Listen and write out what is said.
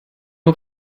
nur